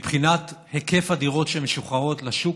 מבחינת היקף הדירות שמשוחררות לשוק.